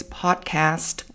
podcast